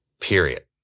period